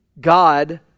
God